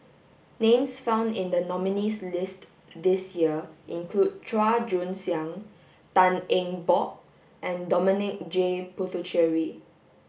names found in the nominees list this year include Chua Joon Siang Tan Eng Bock and Dominic J Puthucheary